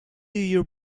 your